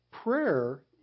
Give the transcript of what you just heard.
Prayer